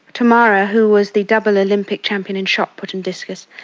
tamara, who was the double olympic champion in shot-put and discus,